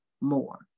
more